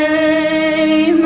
a